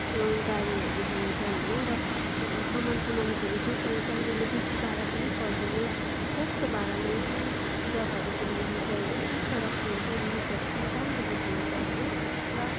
गाडीहरू हिँड्छ होइन र कमानका मानिसहरू जो जो आउँछ उनीहरूले बेसी भाडा पनि पर्दैन सस्तो भाडामा उ यहीँ जग्गाहरू घुमाइदिन्छ होइन जुन सडकमा हिँड्छ भ्यूसहरू पनि राम्रो देखिन्छ होइन र